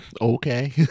okay